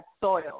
soil